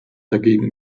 dagegen